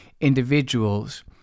individuals